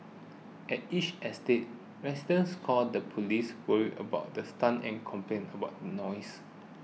at each estate residents called the police worried about the stunts and complaining about the noise